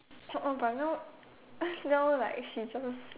oh oh but now now like she just